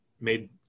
made